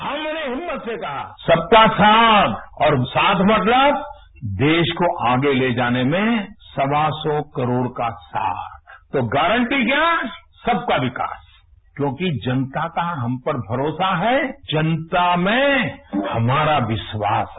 हमने हिम्मत से कहा सबका साथ और साथ मतलब देश को आगे ले जाने में सवा सौ करोड़ का साथ तो गारटी क्या सबका विकास क्यों कि जनता का हम पर भरोसा है जनता में हमारा विश्वास है